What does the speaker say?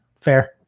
fair